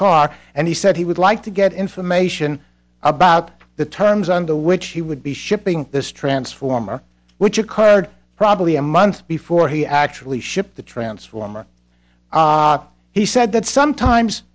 car and he said he would like to get information about the terms under which he would be shipping this transformer which occurred probably a month before he actually shipped the transformer he said that sometimes